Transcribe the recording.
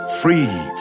Free